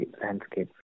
landscapes